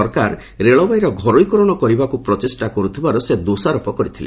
ସରକାର ରେଳବାଇର ଘରୋଇ କରଣ କରିବାକୁ ପ୍ରଚେଷ୍ଟା କରୁଥିବାର ସେ ଦୋଷାରୋପ କରିଥିଲେ